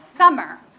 summer